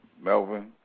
Melvin